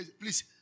Please